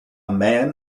man